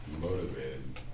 motivated